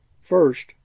First